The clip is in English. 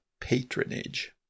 patronage